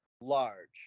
large